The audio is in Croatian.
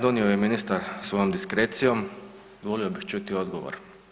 Donio ju je ministar svojom diskrecijom, volio bih čuti odgovor.